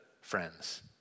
friends